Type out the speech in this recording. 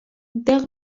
there